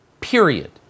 period